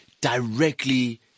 Directly